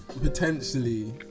potentially